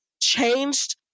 changed